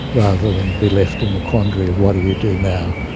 rather than be left in the quandary of what do you do now,